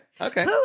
Okay